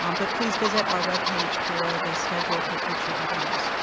um but please visit our web page for the schedule for future events.